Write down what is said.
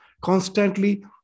Constantly